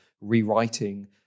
rewriting